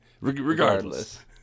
regardless